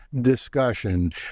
discussion